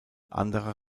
anderer